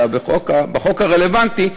אלא בחוק הרלוונטי,